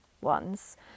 ones